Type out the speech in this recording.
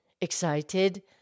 Excited